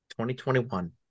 2021